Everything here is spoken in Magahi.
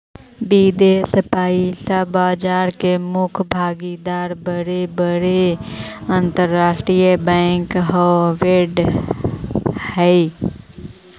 विदेश पइसा बाजार में मुख्य भागीदार बड़े बड़े अंतरराष्ट्रीय बैंक होवऽ हई